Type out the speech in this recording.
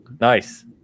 Nice